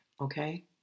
Okay